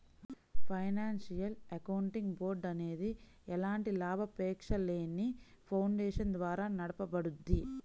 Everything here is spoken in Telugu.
ఫైనాన్షియల్ అకౌంటింగ్ బోర్డ్ అనేది ఎలాంటి లాభాపేక్షలేని ఫౌండేషన్ ద్వారా నడపబడుద్ది